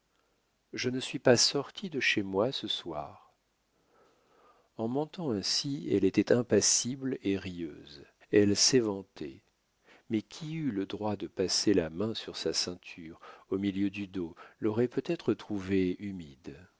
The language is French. je ne suis pas sortie de chez moi ce soir en mentant ainsi elle était impassible et rieuse elle s'éventait mais qui eût eu le droit de passer la main sur sa ceinture au milieu du dos l'aurait peut-être trouvée humide